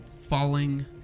falling